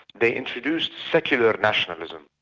they introduced secular nationalism,